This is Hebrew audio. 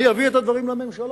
אני אביא את הדברים לממשלה,